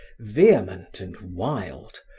vehement and wild,